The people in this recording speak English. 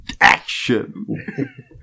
Action